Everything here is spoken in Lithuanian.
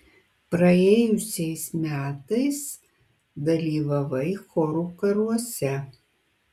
praėjusiais metais dalyvavai chorų karuose